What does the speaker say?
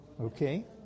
okay